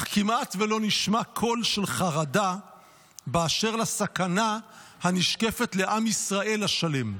אך כמעט לא נשמע קול של חרדה באשר לסכנה הנשקפת לעם ישראל השלם.